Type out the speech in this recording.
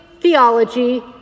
Theology